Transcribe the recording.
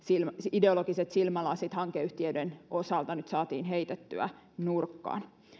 ideologiset silmälasit hankeyhtiöiden osalta nyt saatiin heitettyä nurkkaan